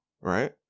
right